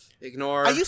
Ignore